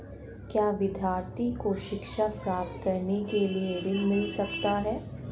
क्या विद्यार्थी को शिक्षा प्राप्त करने के लिए ऋण मिल सकता है?